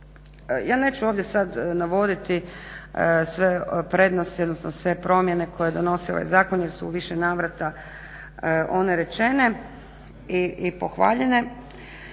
Ja neću ovdje sad navoditi sve prednosti, odnosno sve promjene koje donosi ovaj zakon, jer su u više navrata one rečene i pohvaljene.